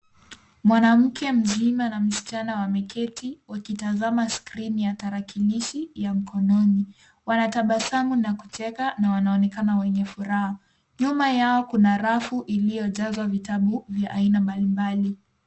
Mwanamke mzima na msichana wameketi wakitazama skirini ya tarakilishi ya mkononi. Wanatabasamu na kucheka na wanaonekana wenye furaha. Nyuma yao kuna rafu iliyojazwa vitabu vya aina mbalimbali.